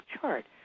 chart